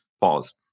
Pause